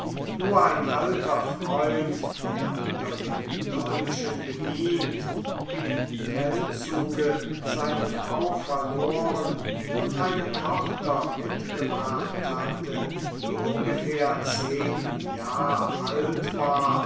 nur ein alter freund der unter den deutschen gedient im feldzuge seine frau verloren und eine tochter mitgebracht hatte die ungefähr zehn jahre alt war